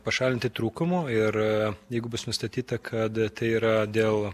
pašalinti trūkumų ir jeigu bus nustatyta kad tai yra dėl